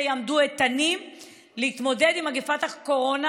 יעמדו איתנים להתמודד עם מגפת הקורונה,